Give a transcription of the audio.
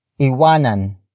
Iwanan